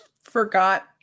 forgot